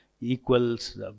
equals